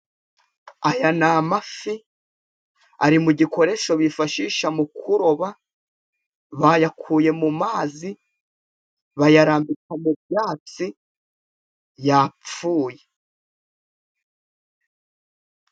Aya ni amafi, ari mu gikoresho bifashisha mu kuroba, bayakuye mu mazi, bayarambika mu byatsi, yapfuye.